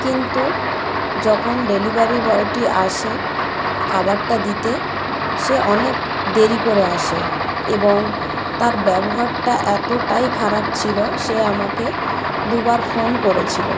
কিন্তু যখন ডেলিভারি বয়টি আসে খাবারটা দিতে সে অনেক দেরি করে আসে এবং তার ব্যবহারটা এতোটাই খারাপ ছিলো সে আমাকে দুবার ফোন করেছিলো